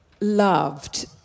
loved